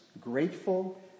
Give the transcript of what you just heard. grateful